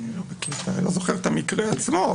אני לא זוכר את המקרה עצמו,